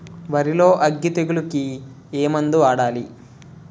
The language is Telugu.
వరిలో అగ్గి తెగులకి ఏ మందు వాడాలి?